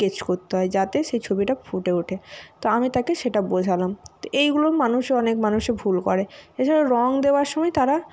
sketch করতে হয় যাতে সেই ছবিটা ফুটে ওঠে তো আমি তাকে সেটা বোঝালাম তো এইগুলো মানুষও অনেক মানুষই ভুল করে এছাড়া রং দেওয়ার সময় তারা